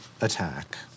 attack